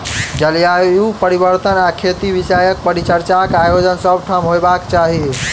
जलवायु परिवर्तन आ खेती विषयक परिचर्चाक आयोजन सभ ठाम होयबाक चाही